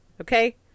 okay